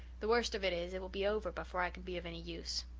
the worst of it is, it will be over before i can be of any use.